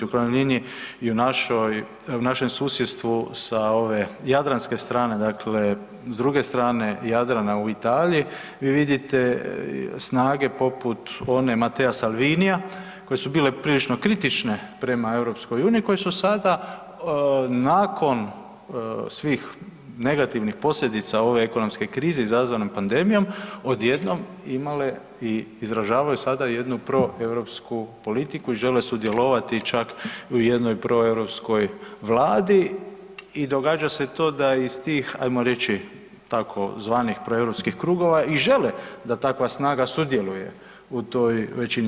I u krajnjoj liniji i u našem susjedstvu sa ove jadranske strane, dakle s druge strane Jadrana u Italiji vi vidite snage poput one Mattea Salvinia koje su bile prilično kritične prema EU koje su sada nakon svih negativnih posljedica ove ekonomske krize izazvane pandemijom odjednom imale i izražavaju sada jednu proeuropsku politiku i žele sudjelovati čak u jednoj proeuropskoj vladi i događa se to da ih tih, ajmo reći tzv. proeuropskih krugova i žele da takva snaga sudjeluje u toj većini.